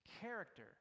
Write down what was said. Character